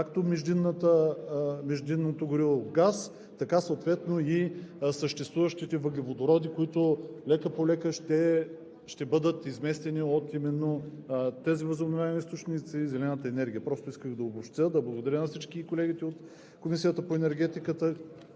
както междинното гориво газ, така съответно и съществуващите въглеводороди, които лека-полека ще бъдат изместени именно от тези възобновяеми източници и зелената енергия. Просто исках да обобщя, да благодаря на всички колеги от Комисията по енергетика.